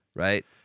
Right